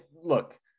look